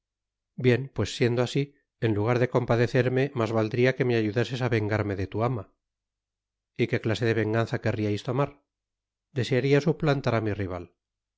bien pues siendo asi en lugar de compadecerme mas valdria que me ayudases á vengarme de tu ama y que clase de venganza querriais tomar desearia suplantar á mi rival